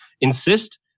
Insist